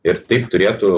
ir taip turėtų